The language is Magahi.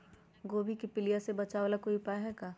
गोभी के पीलिया से बचाव ला कोई उपाय है का?